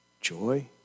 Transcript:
joy